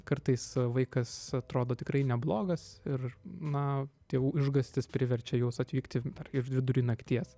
kartais vaikas atrodo tikrai neblogas ir na tėvų išgąstis priverčia juos atvykti ir vidury nakties